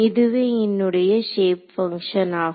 இதுவே என்னுடைய shape function ஆகும்